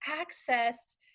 access